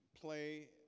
play